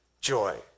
joy